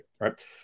Right